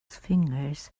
fingers